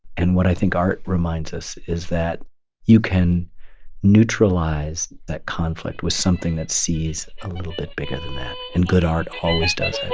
and what i think art reminds us is that you can neutralize that conflict with something that sees a little bit bigger than that. and good art always does that